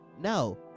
no